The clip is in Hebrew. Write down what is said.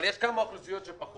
אבל יש כמה אוכלוסיות שפחות.